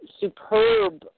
Superb